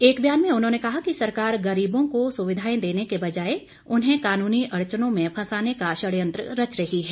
एक ब्यान में उन्होंने कहा कि सरकार गरीबों को सुविधाएं देने के बजाए उन्हें कानूनी अड़चनों में फंसाने का षडयंत्र रच रही है